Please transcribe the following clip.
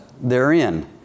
therein